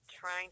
trying